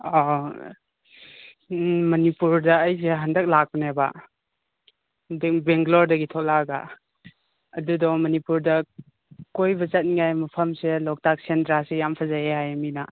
ꯃꯅꯤꯄꯨꯔꯗ ꯑꯩꯁꯦ ꯍꯟꯗꯛ ꯂꯥꯛꯄꯅꯦꯕ ꯕꯦꯡꯒꯂꯣꯔꯗꯒꯤ ꯊꯣꯛꯂꯛꯂꯒ ꯑꯗꯨꯗꯣ ꯃꯅꯤꯄꯨꯔꯗ ꯀꯣꯏꯕ ꯆꯠꯅꯤꯡꯉꯥꯏ ꯃꯐꯝꯁꯦ ꯂꯣꯛꯇꯥꯛ ꯁꯦꯟꯗ꯭ꯔꯥꯁꯦ ꯌꯥꯝ ꯐꯖꯩ ꯍꯥꯏ ꯃꯤꯅ